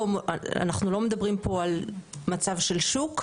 אנחנו לא מדברים פה על מצב של שוק,